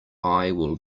will